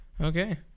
Okay